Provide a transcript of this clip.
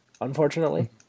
unfortunately